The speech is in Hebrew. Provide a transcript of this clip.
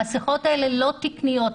המסכות האלה לא תקניות.